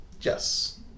yes